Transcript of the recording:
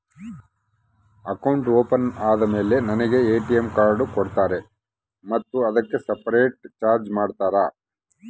Account open ಆದಮೇಲೆ ನನಗೆ ATM card ಕೊಡ್ತೇರಾ ಮತ್ತು ಅದಕ್ಕೆ ಸಪರೇಟ್ ಚಾರ್ಜ್ ಮಾಡ್ತೇರಾ?